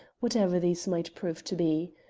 whatever these might prove to be.